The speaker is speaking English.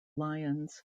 lions